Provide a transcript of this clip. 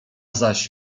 zaś